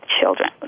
children